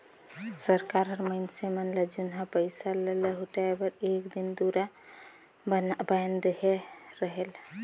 सरकार हर मइनसे मन ल जुनहा पइसा ल लहुटाए बर एक दिन दुरा बांएध देहे रहेल